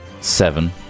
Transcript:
seven